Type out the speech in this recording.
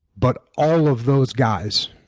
but all of those guys,